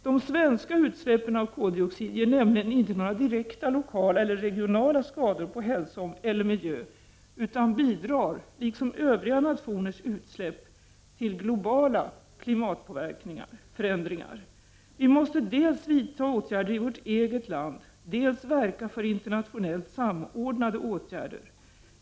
De svenska utsläppen av koldioxid ger nämligen inte några direkta lokala eller regionala skador på hälsa eller miljö utan bidrar, liksom övriga nationers utsläpp, till globala klimatförändringar. Vi måste dels vidta åtgärder i vårt eget land, dels verka för internationellt samordnade åtgärder.